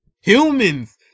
humans